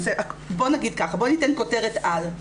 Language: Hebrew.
בוא ניתן כותרת על: